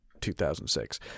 2006